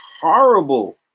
horrible